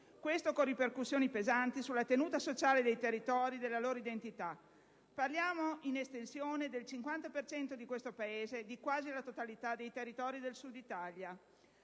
risorse, con ripercussioni pesanti sulla tenuta sociale dei territori, della loro identità. Parliamo - in estensione - del 50 per cento di questo Paese e di quasi la totalità dei territori del Sud Italia;